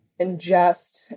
ingest